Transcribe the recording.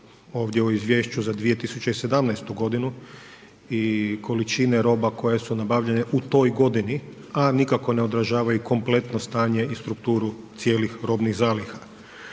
ovdje u izvješću za 2017. g. i količine roba koje su nabavljene u toj godini, a nikako ne odražavaju kompletno stanje i strukturu cijelih robnih zaliha.